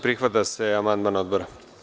Prihvata se amandman Odbora.